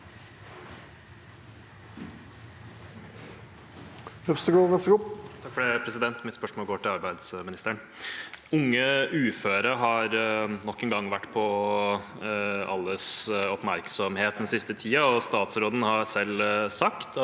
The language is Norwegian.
Unge uføre har nok en gang hatt alles oppmerksomhet den siste tiden. Statsråden har selv sagt at